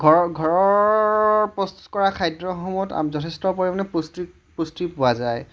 ঘৰ ঘৰৰ প্ৰস্তুত কৰা খাদ্যসমূহত যথেষ্ট পৰিমাণে পুষ্টিক পুষ্টি পোৱা যায়